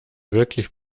wirklich